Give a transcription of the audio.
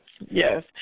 yes